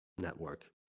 network